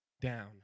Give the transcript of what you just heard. down